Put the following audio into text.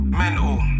mental